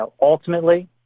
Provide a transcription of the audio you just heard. ultimately